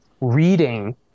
reading